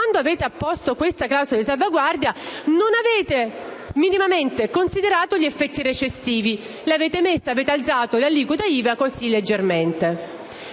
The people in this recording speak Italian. quando avete apposto questa clausola di salvaguardia avete minimamente considerato gli effetti recessivi. Avete alzato l'aliquota IVA così, con leggerezza.